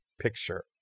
picture